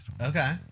Okay